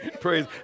Praise